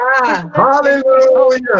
Hallelujah